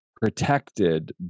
protected